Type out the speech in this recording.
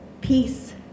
peace